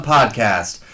Podcast